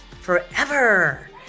forever